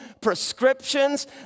prescriptions